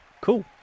cool